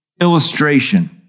illustration